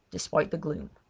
despite the gloom,